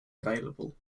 available